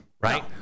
right